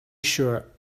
sure